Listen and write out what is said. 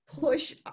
push